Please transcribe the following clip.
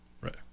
Right